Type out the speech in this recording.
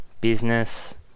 business